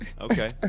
Okay